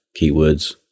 keywords